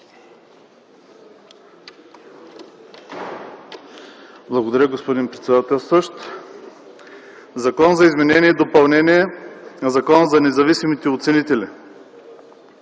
Благодаря, господин председателстващ. „Закон за изменение и допълнение на Закона за независимите оценители”.